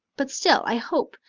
but still, i hope,